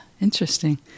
interesting